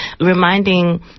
reminding